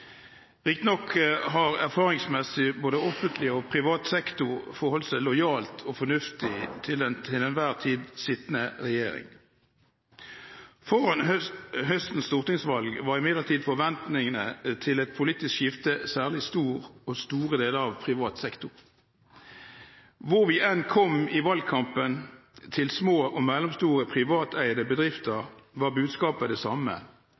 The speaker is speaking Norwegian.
Riktignok har både offentlig og privat sektor erfaringsmessig forholdt seg lojal og fornuftig til den til enhver tid sittende regjering. Foran høstens stortingsvalg var imidlertid forventningene til et politisk skifte særlig store hos store deler av privat sektor. Hvor vi enn kom i valgkampen, til små og mellomstore privateide bedrifter, var budskapet det samme: